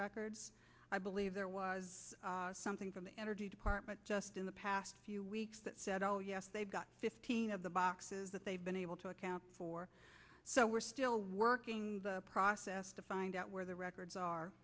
records i believe there was something from the energy department just in the past few weeks that said oh yes they've got fifteen of the boxes that they've been able to account for so we're still working the process to find out where the records are